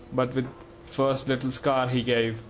but the first little scar he gave,